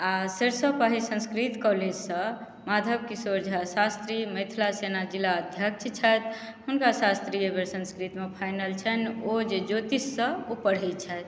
आ सरिसब पाही संस्कृत कॉलेजसँ माधव किशोर झा शास्त्री मिथिला सेना जिला अध्यक्ष छथि हुनका शास्त्री एहि बेर संस्कृतमे फाइनल छैन्ह ओ जे ज्योतिषसँ ओ पढ़ैत छथि